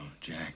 Jack